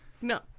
No